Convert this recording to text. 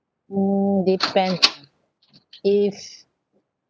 mm depends if